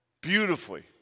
beautifully